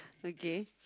okay